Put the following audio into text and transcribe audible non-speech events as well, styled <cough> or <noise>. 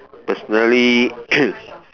personally <coughs>